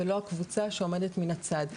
ולא הקבוצה שעומדת מן הצד.